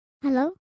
Hello